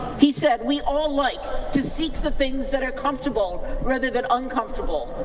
he said we all like to seek the things that are comfortable rather than uncomfortable.